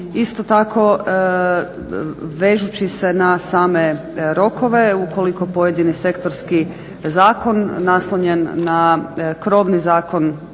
Isto tako, vežući se na same rokove ukoliko pojedini sektorski zakon naslonjen na krovni Zakon